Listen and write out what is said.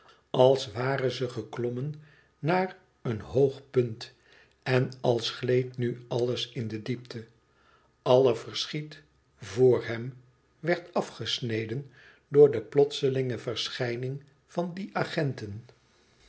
als ware ze geklommen naar een hoog punt en als gleed nu alles in de diepte alle verschiet vor hem werd afgesneden door de plotselinge verschijning van die agenten